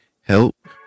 help